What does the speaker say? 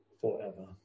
forever